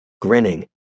Grinning